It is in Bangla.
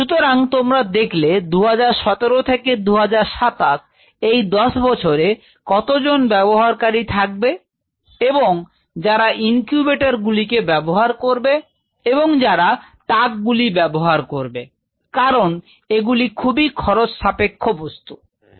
সুতরাং তোমরা দেখলে 2017 থেকে 2027 এই 10 বছরে কতজন ব্যবহারকারী থাকবে এবং যারা ইনকিউবেটর গুলিকে ব্যবহার করবে এবং যারা তাকগুলি ব্যবহার করবে কারণ এগুলি খুবই খরচসাপেক্ষ বস্তু Refer Time 1812